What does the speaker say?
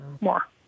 more